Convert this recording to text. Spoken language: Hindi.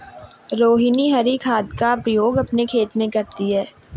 रोहिनी हरी खाद का प्रयोग अपने खेत में करती है